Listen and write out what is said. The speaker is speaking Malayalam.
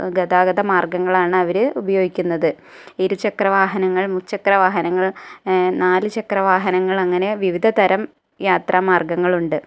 ഗതാഗത മാർഗങ്ങളാണ് അവര് ഉപയോഗിക്കുന്നത് ഇരുചക്ര വാഹനങ്ങൾ മുച്ചക്ര വാഹനങ്ങൾ നാലു ചക്ര വാഹനങ്ങൾ അങ്ങനെ വിവിധതരം യാത്രാ മാർഗ്ഗങ്ങളുണ്ട്